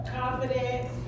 Confident